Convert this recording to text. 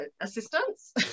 assistance